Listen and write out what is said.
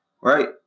Right